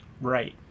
right